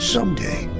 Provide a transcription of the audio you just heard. Someday